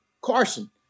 Carson